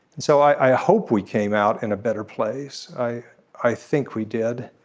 and so i hope we came out in a better place. i i think we did.